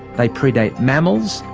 they predate mammals,